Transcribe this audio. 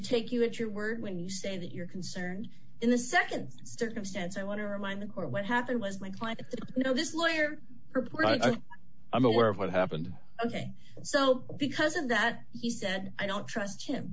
take you at your word when you say that you're concerned in the nd circumstance i want to remind the court what happened was my client you know this lawyer i'm aware of what happened ok and so because of that he said i don't trust him